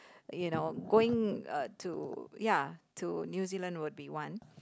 you know going uh to ya to New Zealand would be one